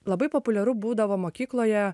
labai populiaru būdavo mokykloje